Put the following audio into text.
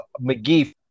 McGee